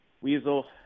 Weasel